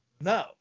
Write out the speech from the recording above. No